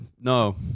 no